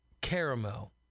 Caramel